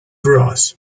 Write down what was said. broth